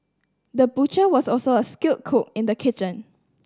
the butcher was also a skilled cook in the kitchen